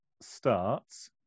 starts